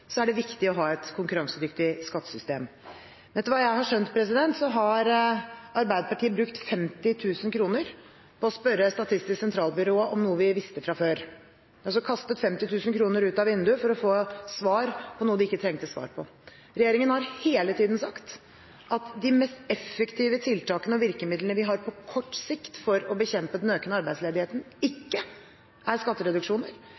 er det viktig å ha et konkurransedyktig skattesystem. Etter hva jeg har skjønt, har Arbeiderpartiet brukt 50 000 kr på å spørre Statistisk sentralbyrå om noe vi visste fra før. De har altså kastet 50 000 kr ut av vinduet for å få svar på noe de ikke trengte svar på. Regjeringen har hele tiden sagt at de mest effektive tiltakene og virkemidlene vi har på kort sikt for å bekjempe den økende arbeidsledigheten, ikke er skattereduksjoner,